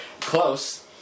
Close